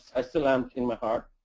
i still am in my heart.